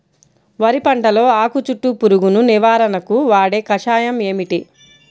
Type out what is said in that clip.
వరి పంటలో ఆకు చుట్టూ పురుగును నివారణకు వాడే కషాయం ఏమిటి?